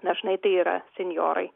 dažnai tai yra senjorai